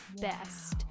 best